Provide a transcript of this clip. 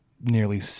nearly